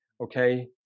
Okay